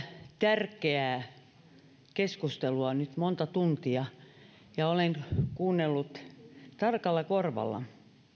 tärkeää keskustelua nyt monta tuntia ja olen kuunnellut tarkalla korvalla